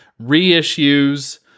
reissues